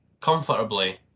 comfortably